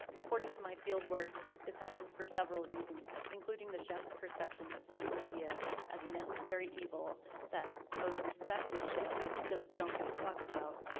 according to my fieldwork, this happens for several reasons, including the chef's perception of social media as a necessarily evil that the most respected chefs just don't give a fuck about,